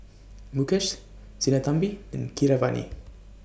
Mukesh Sinnathamby and Keeravani